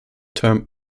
term